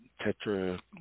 tetra